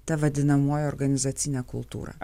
ta vadinamoji organizacinė kultūra